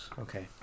Okay